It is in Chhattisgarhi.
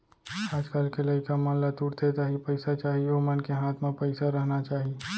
आज कल के लइका मन ला तुरते ताही पइसा चाही ओमन के हाथ म पइसा रहना चाही